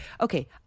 okay